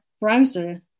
browser